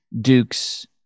Duke's